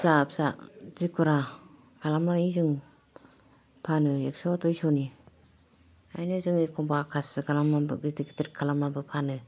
फिसा फिसा दिखुरा खालामनानै जों फानो एखस' दुइस'नि ओंखायनो जों एखम्बा खासि खालामनानैबो गिदिर गिदिर खालामनानैबो फानो